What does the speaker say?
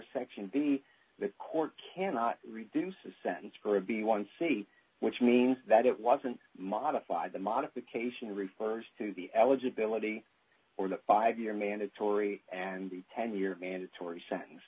section b the court cannot reduce the sentence for a b one c which means that it wasn't modified the modification refers to the eligibility for the five year mandatory and the ten year mandatory sentence